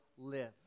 Live